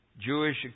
Jewish